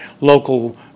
local